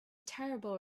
terrible